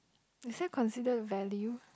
is that consider value